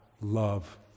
love